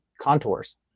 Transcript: contours